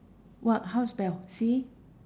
what how spell C